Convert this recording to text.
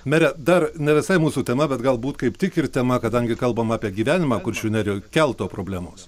mere dar ne visai mūsų tema bet galbūt kaip tik ir tema kadangi kalbama apie gyvenimą kuršių nerijoj kelto problemos